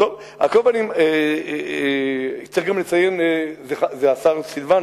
על כל פנים, צריך גם לציין את השר שלום,